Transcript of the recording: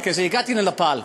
כשהגעתי לנפאל,